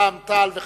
רע"ם-תע"ל וחד"ש,